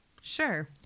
Sure